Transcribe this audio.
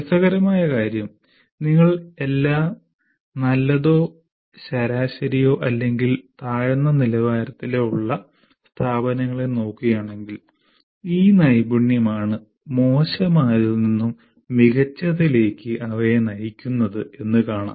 രസകരമായ കാര്യം നിങ്ങൾ എല്ലാ നല്ലതോ ശരാശരിയോ അല്ലെങ്കിൽ താഴ്ന്ന നിലവാരത്തിലോ ഉള്ള സ്ഥാപനങ്ങളെ നോക്കുകയാണെങ്കിൽ ഈ നൈപുണ്യമാണ് മോശമായതിൽ നിന്നും മികച്ചത്തിലേക്ക് അവയെ നയിക്കുന്നത് എന്ന് കാണാം